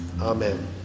Amen